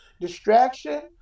distraction